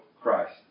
Christ